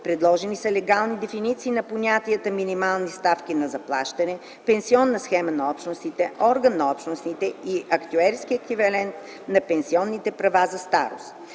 Предложени са легални дефиниции на понятията „минимални ставки на заплащане”, „пенсионна схема на Общностите”, „орган на Общностите” и „актюерски еквивалент на пенсионните права за старост”.